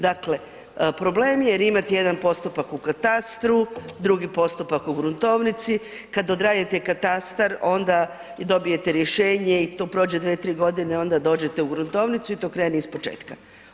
Dakle, problem je jer imate jedan postupak u katastru, drugi postupak u gruntovnici, kad odradite katastar onda dobijete rješenje i to prođe 2-3 godine i onda dođete u gruntovnicu i to krene iz početka.